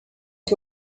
que